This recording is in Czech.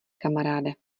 kamaráde